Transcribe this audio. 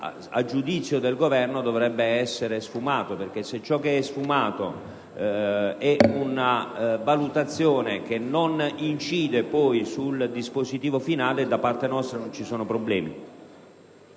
a giudizio del Governo dovrebbe essere sfumato. Se, infatti, ad essere sfumate sono valutazioni che non incidono sul dispositivo finale, da parte nostra non ci sono problemi.